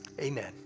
Amen